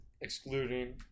excluding